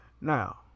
Now